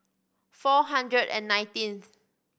four hundred and nineteenth